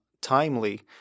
timely